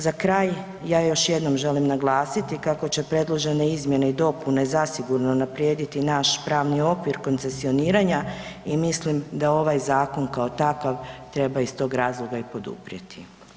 Za kraj ja još jednom želim naglasiti kako će predložene izmjene i dopune zasigurno unaprijediti naš pravni okvir koncesioniranja i mislim da ovaj zakon kao takav treba iz tog razloga i poduprijeti.